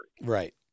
Right